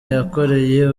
yakoreye